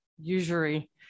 Usury